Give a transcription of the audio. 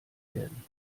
werden